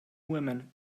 women